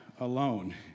alone